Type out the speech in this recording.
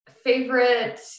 favorite